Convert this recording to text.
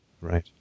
right